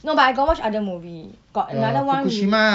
no but I got watch other movie got or no other [one] we